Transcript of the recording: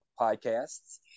podcasts